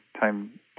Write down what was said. time